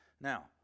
Now